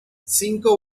cinco